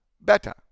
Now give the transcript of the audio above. better